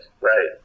right